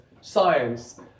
science